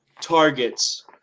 targets